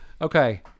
Okay